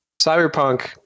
Cyberpunk